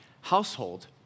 household